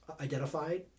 identified